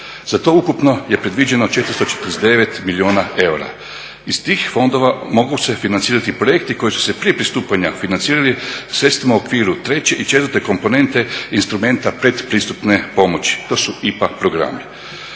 Za to ukupno je predviđeno 449 milijuna eura. Iz tih fondova mogu se financirati projekti koji su se prije pristupanja financirala sredstvima u okviru 3. i 4. komponente instrumenta pretpristupne pomoći. To su IPA programi.